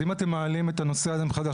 אז אם אתם מעלים את הנושא הזה מחדש,